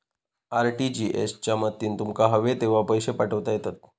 RTGS च्या मदतीन तुमका हवे तेव्हा पैशे पाठवता येतत